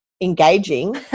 engaging